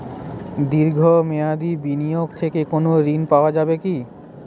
দীর্ঘ মেয়াদি বিনিয়োগ থেকে কোনো ঋন পাওয়া যাবে কী?